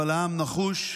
אבל העם נחוש,